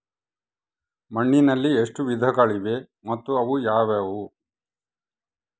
ಮಣ್ಣಿನಲ್ಲಿ ಎಷ್ಟು ವಿಧಗಳಿವೆ ಮತ್ತು ಅವು ಯಾವುವು?